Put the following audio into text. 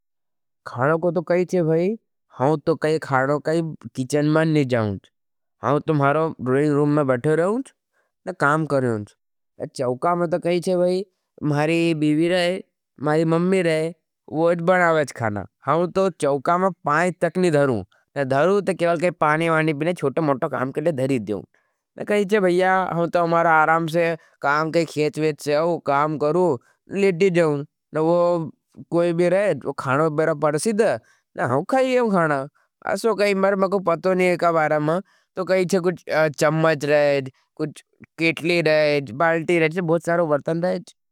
खाणो को तो कही चे भई, हम तो कही खाणो कही किचन में नहीं जाऊँच। हम तो मारो ड्रेइइंग रूम में बठ़े रहूँच न काम करूँच। चवका में तो कही चे भई, मारी बीवी रहे, मारी मम्मी रहे, वोज़ बनावेश खाणा। हम तो चवका में पाई तक नहीं धरूँ, धरूँ तो केवल कही पाणी वाणी पीने, छोटो मोटो काम के लिए धरी द्यूँ। न कही चे भईया, हम तो हमारा आराम से काम कही खेच वेच से, हम काम करूँ, लेटी जूँ। न वो कोई भी रहे, वो खाणा बेरा परसिद हज, न हम खाई लिया खाणा। असो कही मार मैं को पतो नहीं एका आराम हज, तो कही चे कुछ चमच रहेज, कुछ कितली रहेज, बाल्टी रहेज, से बहुत सारों बर्तन रहेज।